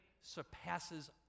Surpasses